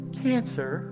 cancer